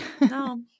No